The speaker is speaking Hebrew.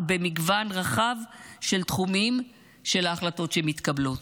במגוון רחב של תחומים של ההחלטות שמתקבלות.